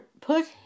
put